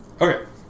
Okay